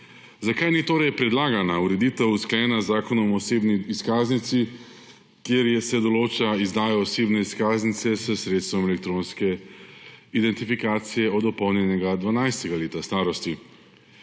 Zakaj ni torej predlagana ureditev usklajena z Zakonom o osebni izkaznici, kjer se je določila izdaja osebne izkaznice s sredstvom elektronske identifikacije od dopolnjenega 12. leta starosti?